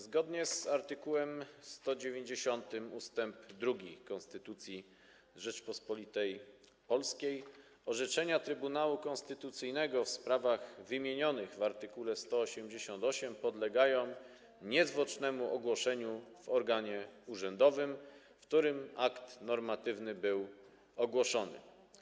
Zgodnie z art. 190 ust. 2 Konstytucji Rzeczypospolitej Polskiej orzeczenia Trybunału Konstytucyjnego w sprawach wymienionych w art. 188 podlegają niezwłocznemu ogłoszeniu w organie urzędowym, w którym akt normatywny był ogłoszony.